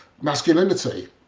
masculinity